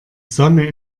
sonne